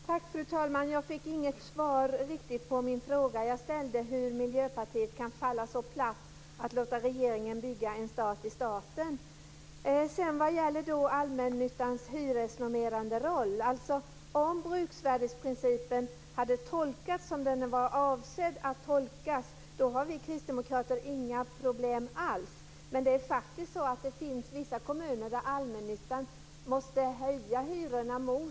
Fru talman! Jag fick inget svar på den fråga som jag ställde om hur Miljöpartiet kan falla så platt och låta regeringen bygga en stat i staten. Sedan gällde det allmännyttans hyresnormerande roll. Om bruksvärdesprincipen hade tolkats så som den var avsedd att tolkas har vi kristdemokrater inga problems alls. Men det finns faktiskt vissa kommuner där allmännyttan måste höja hyrorna.